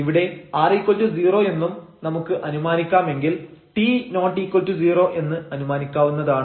ഇവിടെ r0 എന്നും നമുക്ക് അനുമാനിക്കാമെങ്കിൽ t≠0 എന്ന് അനുമാനിക്കാവുന്നതാണ്